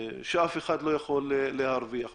שאף אחד לא מרוויח מזה.